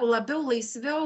labiau laisviau